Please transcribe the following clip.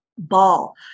ball